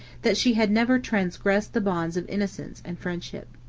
that she had never transgressed the bounds of innocence and friendship.